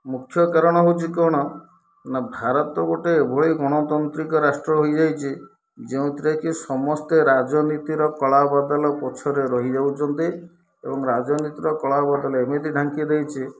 ମୁଖ୍ୟ କାରଣ ହେଉଛି କ'ଣ ନା ଭାରତ ଗୋଟେ ଏଭଳି ଗଣତନ୍ତ୍ରିକ ରାଷ୍ଟ୍ର ହୋଇଯାଇଛି ଯେଉଁଥିରେକି ସମସ୍ତେ ରାଜନୀତିର କଳା ବାଦଲ ପଛରେ ରହିଯାଉଛନ୍ତି ଏବଂ ରାଜନୀତିର କଳା ବାଦଲ ଏମିତି ଢାଙ୍କି ଦେଇଛି